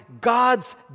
God's